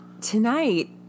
tonight